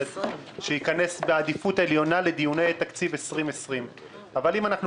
שייכנס בעדיפות עליונה לדיוני תקציב 2020. אבל אם אנחנו